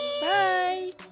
Bye